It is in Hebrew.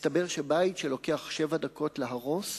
מסתבר שבית שלוקח שבע דקות להרוס,